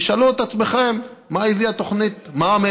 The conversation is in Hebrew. תשאלו את עצמכם מה הביאה תוכנית מע"מ